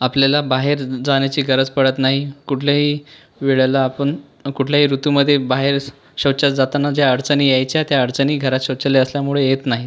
आपल्याला बाहेर ज जाण्याची गरज पडत नाही कुठल्याही वेळेला आपन कुठल्याही ऋतूमधे बाहेर स् शौचास जाताना ज्या अडचनी यायच्या त्या अडचनी घरात शौचालय असल्यामुळे येत नाहीत